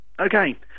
Okay